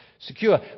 Secure